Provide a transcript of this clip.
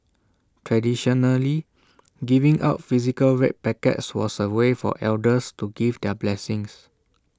traditionally giving out physical red packets was A way for elders to give their blessings